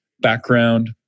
background